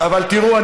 אבל תראו,